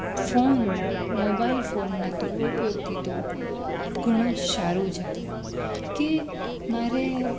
phone mobile ફોનના દુરુપયોગથી તો ઘણું જ સારું છે કે મારે